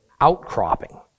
outcropping